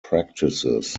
practices